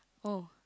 oh